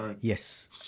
yes